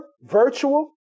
virtual